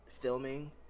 filming